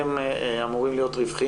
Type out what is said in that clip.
גם אתם אמורים להיות רווחיים,